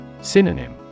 Synonym